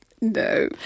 no